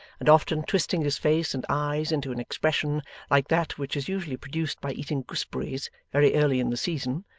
and often twisting his face and eyes into an expression like that which is usually produced by eating gooseberries very early in the season,